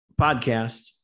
podcast